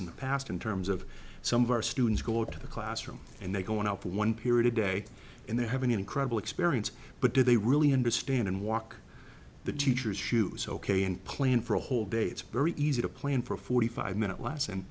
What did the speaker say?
in the past in terms of some of our students go to the classroom and they go out for one period a day and they have an incredible experience but do they really understand and walk the teacher's shoes ok and plan for a whole day it's very easy to plan for forty five minutes l